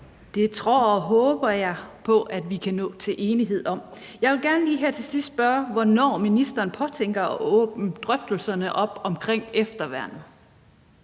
Det tror og håber jeg på at vi kan nå til enighed om. Jeg vil gerne lige her til sidst spørge om, hvornår ministeren påtænker at åbne drøftelserne op omkring efterværnet.